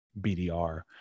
BDR